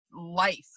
life